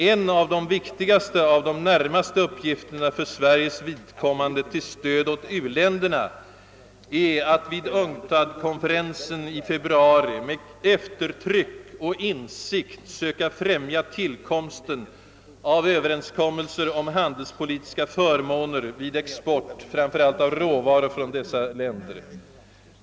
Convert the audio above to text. En av de viktigaste bland de närmaste uppgifterna i fråga om stöd åt u-länderna är för Sveriges vidkommande att vid UNCTAD konferensen i februari med eftertryck och insikt söka främja tillkomsten av överenskommelser om handelspolitiska förmåner vid export — framför allt av råvaror — från dessa länder.